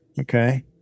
okay